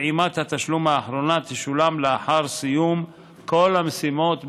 פעימת התשלום האחרונה תשולם לאחר סיום כל המשימות בהצלחה.